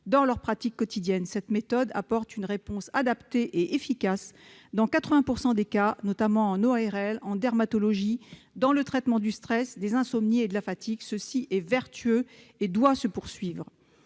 dans leur pratique quotidienne. Cette méthode apporte une réponse adaptée et efficace dans 80 % des cas, notamment en ORL, en dermatologie, dans le traitement du stress, des insomnies et de la fatigue. Cela est vertueux et doit se poursuivre.